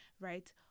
right